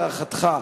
להערכתך,